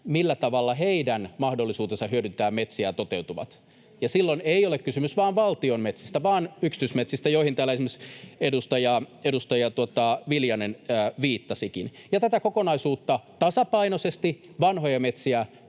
millä tavalla heidän mahdollisuutensa hyödyntää metsiä toteutuvat, ja silloin ei ole kysymys vain valtion metsistä vaan yksityismetsistä, joihin täällä esimerkiksi edustaja Viljanen viittasikin. Tätä kokonaisuutta tasapainoisesti huomioiden, vanhoja metsiä